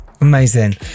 Amazing